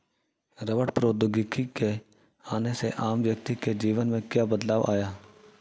रबड़ प्रौद्योगिकी के आने से आम व्यक्ति के जीवन में क्या बदलाव आया?